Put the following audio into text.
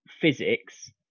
physics